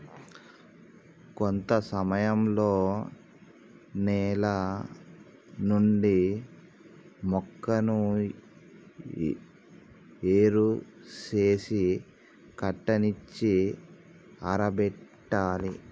కొంత సమయంలో నేల నుండి మొక్కను ఏరు సేసి కట్టనిచ్చి ఆరబెట్టాలి